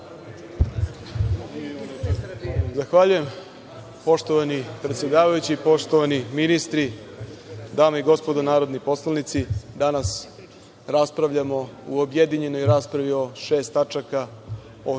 Zahvaljujem. Poštovani predsedavajući, poštovani ministri, dame i gospodo narodni poslanici, danas raspravljamo u objedinjenoj raspravi o šest tačaka,